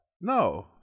No